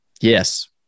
Yes